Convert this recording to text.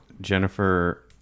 Jennifer